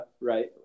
right